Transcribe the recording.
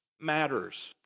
matters